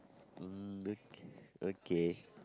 mm okay